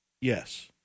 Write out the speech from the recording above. yes